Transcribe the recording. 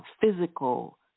physical